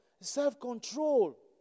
self-control